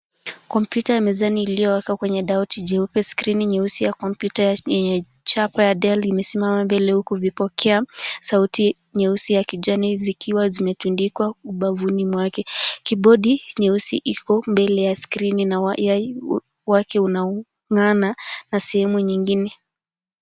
Kompyuta ya mezani iliyowekwa kwenye meza nyeupe skrini nyeusi ya kompyuta yenye chapa ya Dell imesimama mbele huku vipokeasauti nyeusi ya kijani zikiwa zimetundikwa ubavuni mwake. Kibodi nyeusi iko mbele ya skrini na waya wake unaungana na sehemu nyingine.